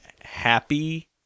happy